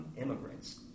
immigrants